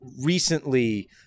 recently